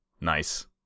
Nice